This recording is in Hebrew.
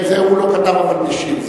כן, את זה הוא לא כתב, אבל הוא השיב.